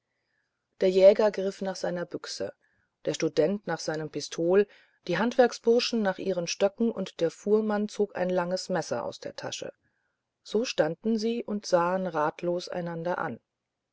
der jäger griff nach seiner büchse der student nach seinem pistol die handwerksbursche nach ihren stöcken und der fuhrmann zog ein langes messer aus der tasche so standen sie und sahen ratlos einander an